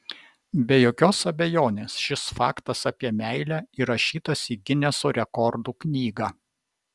be jokios abejonės šis faktas apie meilę įrašytas į gineso rekordų knygą